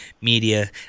media